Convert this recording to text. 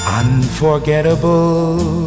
unforgettable